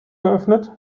geöffnet